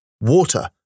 water